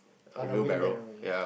on a wheelbarrow yea